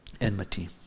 enmity